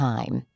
Time